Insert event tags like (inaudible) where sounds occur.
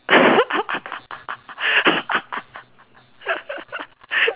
(laughs)